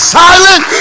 silent